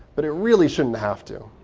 but it really shouldn't have to.